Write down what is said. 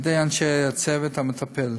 על ידי אנשי הצוות המטפל.